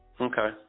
okay